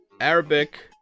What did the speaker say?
Arabic